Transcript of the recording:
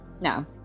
No